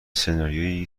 سناریویی